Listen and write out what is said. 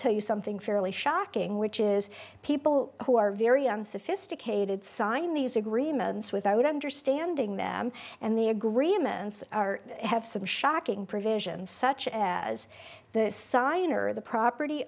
tell you something fairly shocking which is people who are very unsophisticated signed these agreements without understanding them and the agreements are have some shocking provisions such as the sign or the property